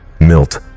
Milt